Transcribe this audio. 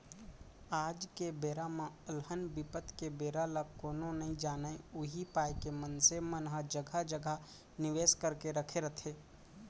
आज के बेरा म अलहन बिपत के बेरा ल कोनो नइ जानय उही पाय के मनसे मन ह जघा जघा निवेस करके रखे रहिथे